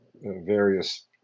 various